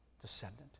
descendant